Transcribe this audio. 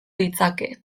ditzake